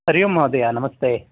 हरिः ओं महोदय नमस्ते